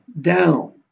down